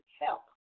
help